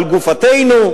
על גופתנו,